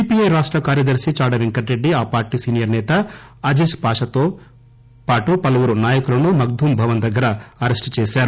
CPI రాష్ర కార్యదర్ని చాడ పెంకటరెడ్డి ఆ పార్టీ సీనియర్ నేత అజీజ్ పాషాతో పలువురు నాయకులను మగ్దూం భవన్ దగ్గర అరెస్ట్ చేశారు